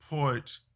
put